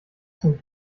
zum